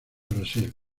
brasil